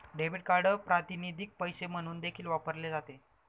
debit card प्रातिनिधिक पैसे म्हणून देखील वापरले जाते